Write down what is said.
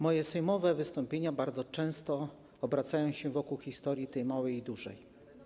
Moje sejmowe wystąpienia bardzo często obracają się wokół historii, tej małej i dużej.